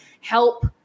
help